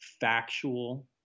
factual